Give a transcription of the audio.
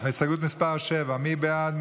הסתייגות מס' 7, מי בעד?